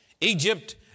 Egypt